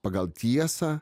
pagal tiesą